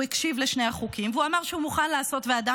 הקשיב לשני החוקים ואמר שהוא מוכן לעשות ועדה